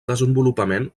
desenvolupament